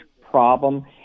problem